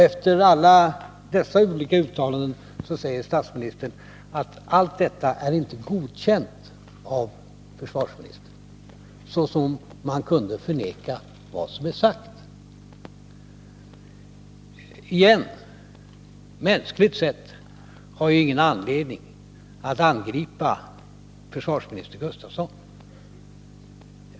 Efter alla dessa olika uttalanden säger statsministern att allt detta inte är godkänt av försvarsministern — precis som om man kunde förneka vad som är sagt. Igen: Mänskligt sett har jag ingen anledning att angripa försvarsminister Gustafsson.